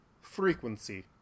frequency